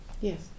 Yes